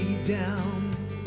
down